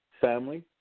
family